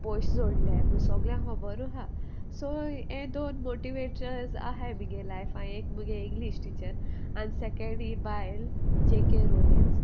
पोयस जोडल्याय म्हूण सोगलें हें खोबोरूं आहा सो हे दोन मोटिवेटर्स आहाय मुगे लायफा एक मुगे इंग्लीश टिचर आनी सेकेंड ही बायल जे के रोलिन्स